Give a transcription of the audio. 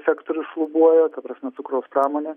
sektorius šlubuoja ta prasme cukraus pramonė